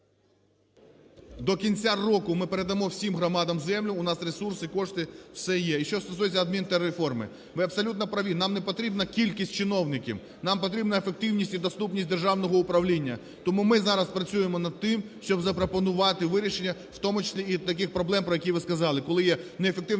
До кінця року ми передамо всім громадам землю. У нас ресурси, кошти, все є. І що стосується адмінтерреформи. Ви абсолютно праві, нам не потрібна кількість чиновників, нам потрібна ефективність і доступність державного управління. Тому ми зараз працюємо над тим, щоб запропонувати вирішення, в тому числі і таких проблем, про які ви сказали,